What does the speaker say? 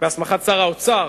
בהסמכת שר האוצר,